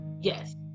Yes